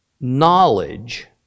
knowledge